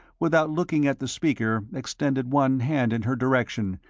without looking at the speaker, extended one hand in her direction,